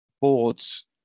boards